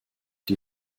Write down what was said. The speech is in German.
die